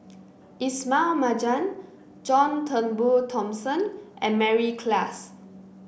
Ismail Marjan John Turnbull Thomson and Mary Klass